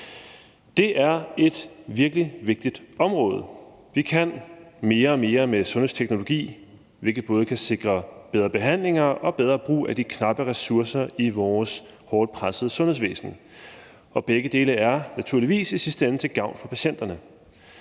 Det er et virkelig vigtigt område. Vi kan mere og mere med sundhedsteknologi, hvilket både kan sikre bedre behandlinger og bedre brug af de knappe ressourcer i vores hårdt pressede sundhedsvæsen, og begge dele er naturligvis i sidste ende til gavn for patienterne.